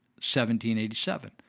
1787